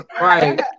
Right